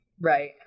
Right